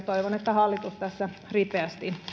toivon että hallitus tässä ripeästi